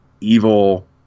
evil